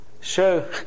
show